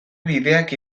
bideak